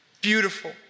beautiful